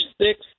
six